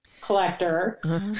collector